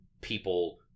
people